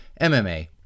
MMA